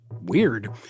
weird